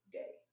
day